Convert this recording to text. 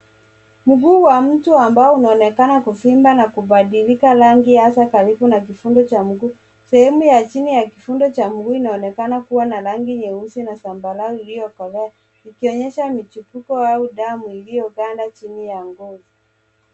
Mguu wa mtu ambao unaonekana kuvimba na kubadilika rangi hasa karibu na kivundo cha mguu. Sehemu ya chini ya kivundo cha mguu inaonekana kuwa na rangi nyeusi na zambarau iliyokolea, ikionyesha michipuko au damu iliyoganda chini ya ngozi.